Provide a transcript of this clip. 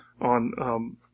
on